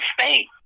state